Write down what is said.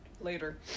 Later